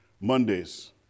Mondays